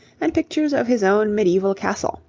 and pictures of his own medieval castle,